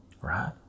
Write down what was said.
right